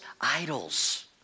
idols